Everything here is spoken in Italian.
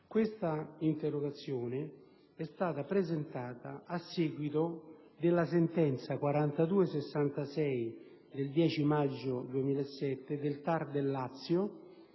Detta interrogazione è stata presentata a seguito della sentenza n. 4266 del 10 maggio 2007 del TAR del Lazio,